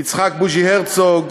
יצחק בוז'י הרצוג,